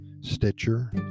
Stitcher